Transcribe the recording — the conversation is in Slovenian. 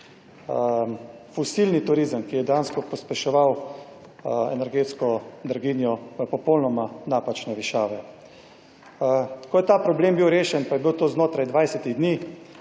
fosilni turizem, ki je dejansko pospeševal energetsko draginjo v popolnoma napačne višave. Ko je ta problem bil rešen, pa je bil to znotraj